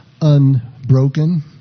unbroken